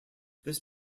this